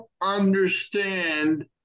understand